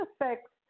affects